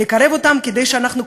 לקרב אותם כדי שאנחנו,